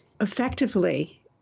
effectively